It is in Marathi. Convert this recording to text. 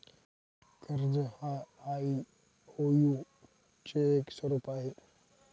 कर्ज हा आई.ओ.यु चे एक स्वरूप आहे